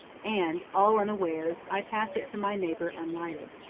and, all unawares, i pass it to my neighbor unlighted.